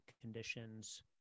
conditions